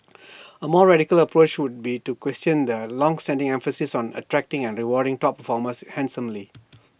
A more radical approach would be to question the longstanding emphasis on attracting and rewarding top performers handsomely